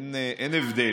אין הבדל.